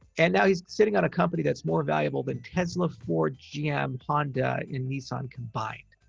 and now he's sitting on a company that's more valuable than tesla, ford, gm, honda and nissan combined.